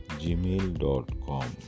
gmail.com